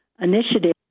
initiative